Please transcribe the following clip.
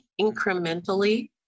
incrementally